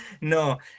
No